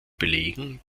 belegen